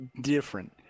different